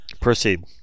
Proceed